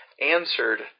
answered